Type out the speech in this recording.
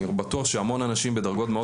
אני בטוח שהמון אנשים בדרגות מאוד